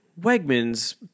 Wegman's